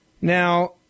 Now